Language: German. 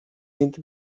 sind